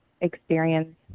experience